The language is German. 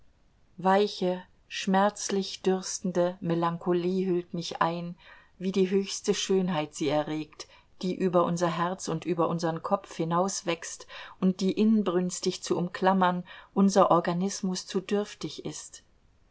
weiche schmerzlichdürstende melancholie hüllt mich ein wie die höchste schönheit sie erregt die über unser herz und über unsern kopf hinauswächst und die inbrünstig zu umklammern unser organismus zu dürftig ist